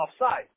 offside